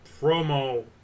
Promo